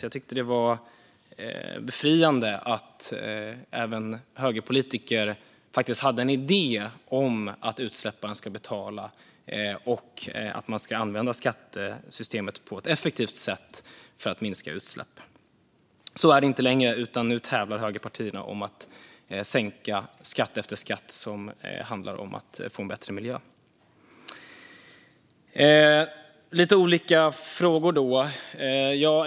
Jag tycker att det var befriande att även högerpolitiker faktiskt hade en idé om att utsläpparen ska betala och att man ska använda skattesystemet på ett effektivt sätt för att minska utsläpp. Så är det inte längre, utan nu tävlar högerpartierna om att sänka skatt efter skatt som handlar om att få en bättre miljö.